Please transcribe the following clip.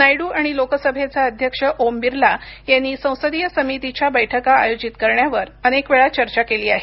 नायडू आणि लोकसभेचे अध्यक्ष ओम बिर्ला यांनी संसदीय समितींच्या बैठका आयोजित करण्यावर अनेकवेळा चर्चा केली आहे